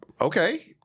Okay